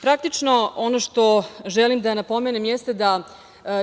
Praktično, ono što želim da napomenem jeste, da,